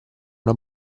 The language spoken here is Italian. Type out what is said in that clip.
una